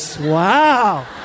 wow